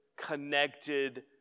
connected